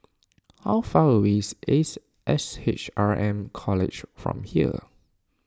how far away is Ace S H R M College from here